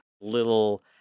little